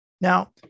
now